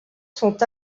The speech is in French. sont